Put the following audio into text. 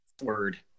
word